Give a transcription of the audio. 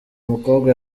mukobwa